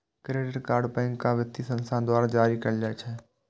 credit card bank आ वित्तीय संस्थान द्वारा जारी कैल जाइ छै